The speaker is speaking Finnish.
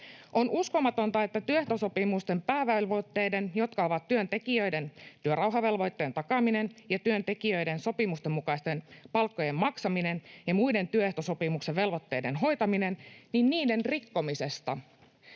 On uskomatonta, että työehtosopimusten päävelvoitteiden, jotka ovat työntekijöiden työrauhavelvoitteen takaaminen ja työntekijöiden sopimusten mukaisten palkkojen maksaminen ja muiden työehtosopimuksen velvoitteiden hoitaminen, rikkomisesta